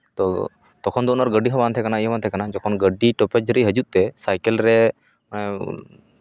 ᱛᱚ ᱛᱚᱠᱷᱚᱱ ᱫᱚ ᱟᱵᱟᱨ ᱜᱟᱹᱰᱤ ᱦᱚᱸ ᱵᱟᱝ ᱛᱟᱦᱮᱸ ᱠᱟᱱᱟ ᱤᱭᱟᱹ ᱵᱟᱝ ᱛᱟᱦᱮᱸ ᱠᱟᱱᱟ ᱡᱚᱠᱷᱚᱱ ᱜᱟᱹᱰᱤ ᱴᱚᱯᱮᱡᱽ ᱨᱮ ᱦᱤᱡᱩᱜ ᱛᱮ ᱥᱟᱭᱠᱮᱹᱞ ᱨᱮ